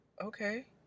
okay